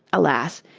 alas!